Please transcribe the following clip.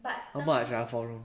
how much ah four room